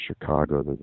Chicago